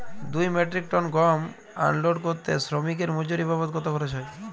দুই metric ton গম unload করতে শ্রমিক এর মজুরি বাবদ কত খরচ হয়?